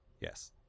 Yes